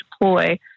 deploy